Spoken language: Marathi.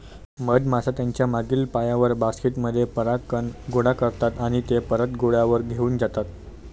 मधमाश्या त्यांच्या मागील पायांवर, बास्केट मध्ये परागकण गोळा करतात आणि ते परत पोळ्यावर घेऊन जातात